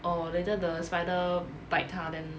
or later the spider bite 他 then